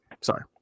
sorry